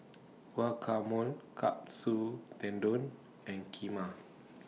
Guacamole Katsu Tendon and Kheema